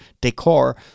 decor